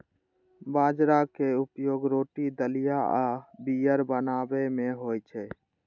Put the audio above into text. बाजराक उपयोग रोटी, दलिया आ बीयर बनाबै मे होइ छै